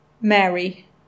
Mary